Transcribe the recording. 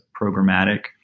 programmatic